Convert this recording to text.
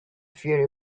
fiery